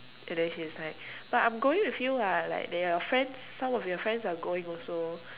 and then she's like but I'm going with you [what] like there are friends some of your friends are going also